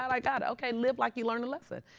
i got it. ok, live like you learned a lesson.